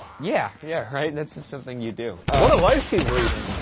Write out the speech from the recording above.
yeah! yeah, right? that's just something you do. what a life she's leading.